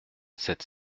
sept